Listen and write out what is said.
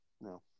no